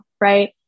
right